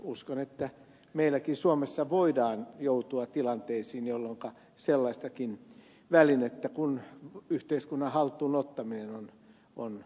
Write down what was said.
uskon että meilläkin suomessa voidaan joutua tilanteisiin jolloinka sellaistakin välinettä kuin yhteiskunnan haltuun ottaminen on harkittava